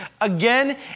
again